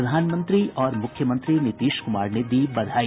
प्रधानमंत्री और मुख्यमंत्री नीतीश कुमार ने दी बधाई